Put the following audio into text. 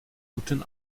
guten